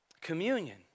communion